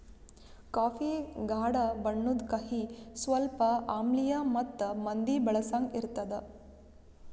coffee ಗಾಢ ಬಣ್ಣುದ್, ಕಹಿ, ಸ್ವಲ್ಪ ಆಮ್ಲಿಯ ಮತ್ತ ಮಂದಿ ಬಳಸಂಗ್ ಇರ್ತದ